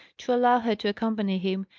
to allow her to accompany him,